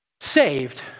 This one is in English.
saved